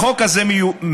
החוק הזה מיוחד,